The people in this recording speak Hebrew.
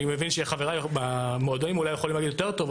אני מבין שחבריי במועדונים אולי יכולים להגיד יותר טוב,